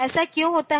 ऐसा क्यों होता है